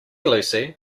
lucy